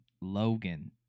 Logan